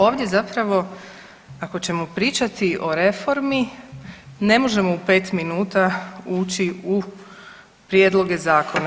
Ovdje zapravo ako ćemo pričati o reformi ne možemo u pet minuta ući u prijedloge zakona.